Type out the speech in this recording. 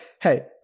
hey